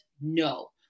No